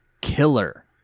Killer